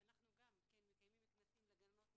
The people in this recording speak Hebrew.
אנחנו גם מקיימים כנסים לגננות מובילות,